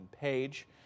Page